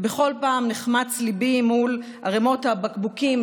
ובכל פעם נחמץ ליבי מול ערימות הבקבוקים,